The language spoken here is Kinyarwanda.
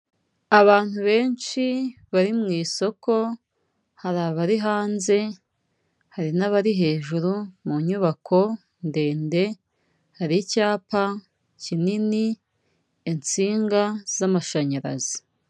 Abantu benshi bari mu isoko, hari abari hanze, hari n'abari hejuru mu nyubako ndende, hari icyapa kinini insinga z'amashanyarazi.